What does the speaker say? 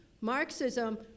Marxism